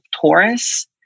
Taurus